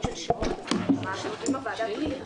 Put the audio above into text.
כי אף אחד לא רוצה את הפסקות האלה.